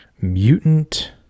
mutant